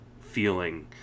feeling